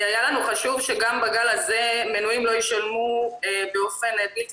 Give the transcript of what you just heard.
היה לנו חשוב שגם בגל הזה מנויים לא ישלמו באופן בלתי